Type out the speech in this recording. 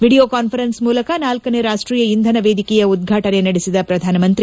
video conference ಮೂಲಕ ನಾಲ್ಕನೇ ರಾಷ್ಷೀಯ ಇಂಧನ ವೇದಿಕೆಯ ಉದ್ವಾಟನೆ ನಡೆಸಿದ ಪ್ರಧಾನ ಮಂತ್ರಿ